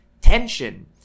tension